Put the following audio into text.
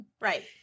right